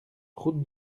route